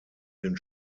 den